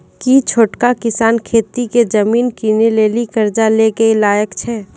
कि छोटका किसान खेती के जमीन किनै लेली कर्जा लै के लायक छै?